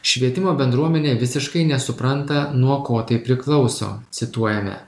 švietimo bendruomenė visiškai nesupranta nuo ko tai priklauso cituojame